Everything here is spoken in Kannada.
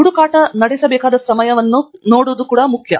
ಹುಡುಕಾಟ ನಡೆಸಬೇಕಾದ ಸಮಯದ ಸಮಯವನ್ನು ನೋಡಲು ಕೂಡ ಮುಖ್ಯ